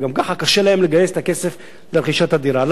וגם ככה קשה להם לגייס את הכסף לרכישת הדירה.